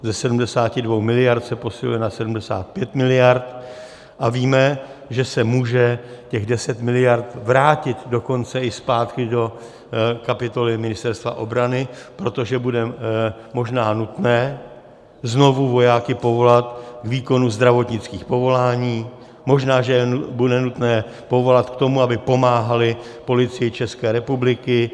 Ze 72 mld. se posiluje na 75 mld. a víme, že se může těch 10 mld. vrátit dokonce i zpátky do kapitoly Ministerstva obrany, protože bude možná nutné znovu vojáky povolat k výkonu zdravotnických povolání, možná, že je bude nutné povolat k tomu, aby pomáhali Policii České republiky.